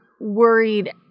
worried